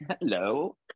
Hello